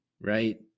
right